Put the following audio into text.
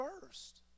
first